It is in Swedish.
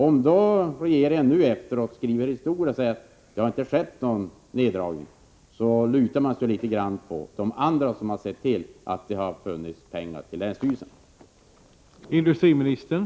Om regeringen nu efteråt när den skriver historia säger att det inte har skett någon neddragning lutar man sig litet grand på de andra som sett till att det funnits pengar till länsstyrelserna.